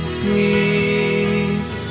please